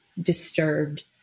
disturbed